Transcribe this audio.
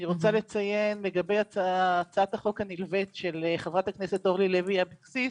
אני רוצה לציין לגבי הצעת החוק הנלווית של חברת הכנסת אורלי לוי אבקסיס